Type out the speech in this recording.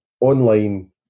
online